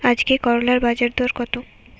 আজকে করলার বাজারদর কত?